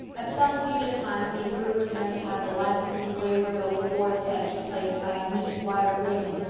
at some future time the improvers meant to have the lichened, wayward old board fence replaced by a neat wire railing,